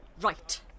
Right